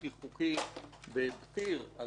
בלתי-חוקי הלילה.